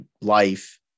life